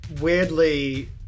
weirdly